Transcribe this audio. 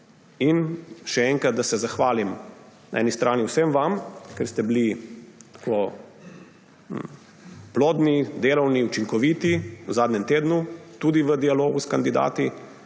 in, še enkrat, da se zahvalim na eni strani vsem vam, ker ste bili plodni, delovni, učinkoviti v zadnjem tednu, tudi v dialogu s kandidati,